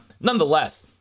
Nonetheless